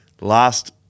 last